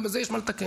גם בזה יש מה לתקן.